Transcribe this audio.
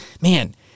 man